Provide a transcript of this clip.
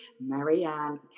Marianne